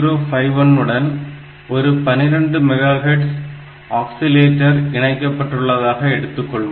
8051 உடன் ஒரு 12 megahertz oscillator இணைக்கப்பட்டுள்ளதாக எடுத்துக்கொள்வோம்